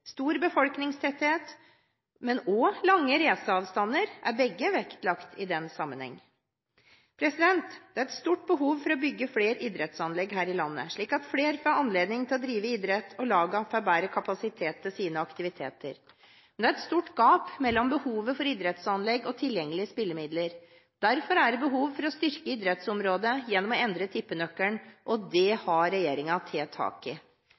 Stor befolkningstetthet, men også lange reiseavstander er begge vektlagt i denne sammenheng. Det er et stort behov for å bygge flere idrettsanlegg her i landet, slik at flere får anledning til å drive idrett og lagene får bedre kapasitet til sine aktiviteter. Men det er et stort gap mellom behovet for idrettsanlegg og tilgjengelige spillemidler. Derfor er det behov for å styrke idrettsområdet gjennom å endre tippenøkkelen, og det har regjeringen tatt tak i.